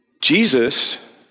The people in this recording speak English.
Jesus